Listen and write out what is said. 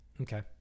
Okay